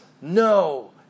No